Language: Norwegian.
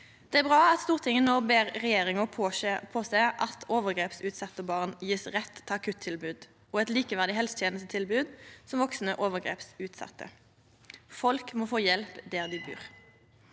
Det er bra at Stortinget no ber regjeringa sjå til at overgrepsutsette barn får rett til akuttilbod og eit likeverdig helsetenestetilbod som vaksne overgrepsutsette. Folk må få hjelp der dei bur.